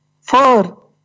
four